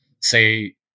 say